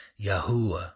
Yahuwah